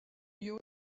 you